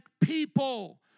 people